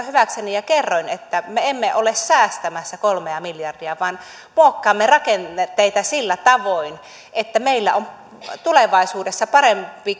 hyväkseni ja kerroin että me emme ole säästämässä kolmea miljardia vaan muokkaamme rakenteita sillä tavoin että meillä on tulevaisuudessa parempi